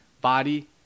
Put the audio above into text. body